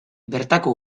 bertako